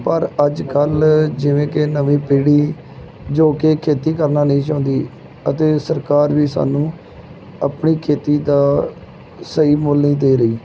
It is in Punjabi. ਪਰ ਅੱਜ ਕੱਲ੍ਹ ਜਿਵੇਂ ਕਿ ਨਵੀਂ ਪੀੜ੍ਹੀ ਜੋ ਕਿ ਖੇਤੀ ਕਰਨਾ ਨਹੀਂ ਚਾਹੁੰਦੀ ਅਤੇ ਸਰਕਾਰ ਵੀ ਸਾਨੂੰ ਆਪਣੀ ਖੇਤੀ ਦਾ ਸਹੀ ਮੁੱਲ ਨਹੀਂ ਦੇ ਰਹੀ